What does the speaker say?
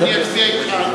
שאני אצביע אתך,